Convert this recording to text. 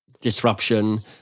disruption